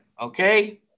okay